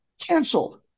canceled